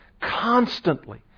constantly